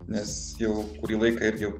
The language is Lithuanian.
nes jau kurį laiką irgi